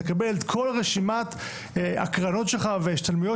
תקבל את כל רשימת הקרנות שלך וההשתלמויות